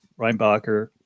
Reinbacher